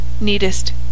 neatest